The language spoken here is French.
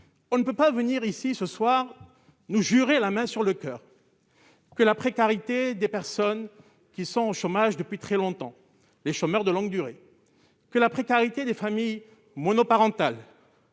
on ne peut pas venir ici ce soir, nous jurer la main sur le coeur que la précarité des personnes qui sont au chômage depuis très longtemps, les chômeurs de longue durée que la précarité des familles monoparentales